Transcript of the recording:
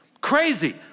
Crazy